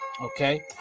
Okay